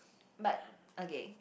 but okay